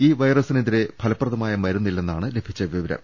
ഈ വൈറസിനെതിരെ ഫലപ്രദമായ മരുന്ന് ഇല്ലെന്നാണ് ലഭിച്ച വിവ രം